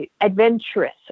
adventurous